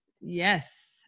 Yes